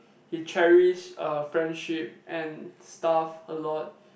he cherish uh friendship and stuff a lot